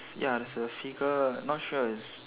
ya there's a figure not sure is